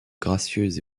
gracieuse